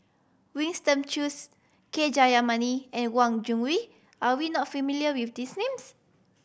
Winston Choos K Jayamani and Wang Gungwu are you not familiar with these names